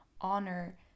honor